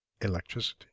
electricity